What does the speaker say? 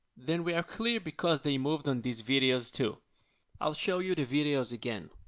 then we are clear because they moved on these videos too i'll show you the videos again.